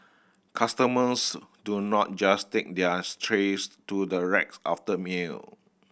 customers do not just take theirs trays to the rack after a meal